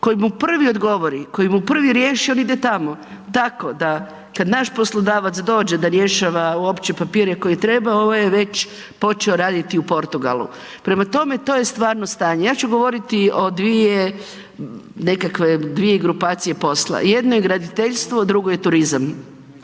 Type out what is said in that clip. Koji mu prvi odgovori, koji mu prvi riješi, on ide tamo. Tako da, kad naš poslodavac dođe da rješava uopće papire koje treba, ovaj je već počeo raditi u Portugalu. Prema tome, to je stvarno stanje. Ja ću govoriti o dvije nekakve, dvije grupacije posla. Jedno je graditeljstvo, drugo je turizam.